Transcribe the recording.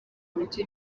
uburyo